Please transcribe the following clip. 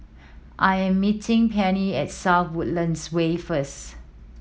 I am meeting Penni at South Woodlands Way first